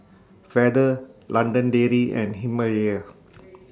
Feather London Dairy and Himalaya